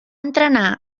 entrenar